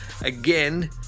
Again